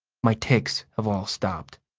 my tics have all stopped.